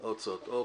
אוקיי,